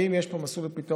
ואם יש פה מסלול לפתרון,